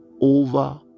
over